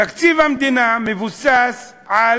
תקציב המדינה מבוסס על